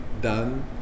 done